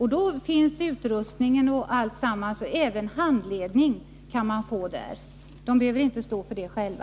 Där finns utrustning och alltsammans, och man kan även få handledning. Föreningarna behöver inte stå för det själva.